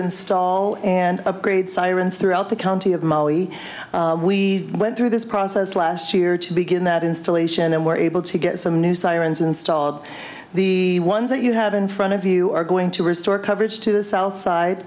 install and upgrade sirens throughout the county of mali we went through this process last year to begin that installation and were able to get some new science and start the ones that you have in front of you are going to restore coverage to the south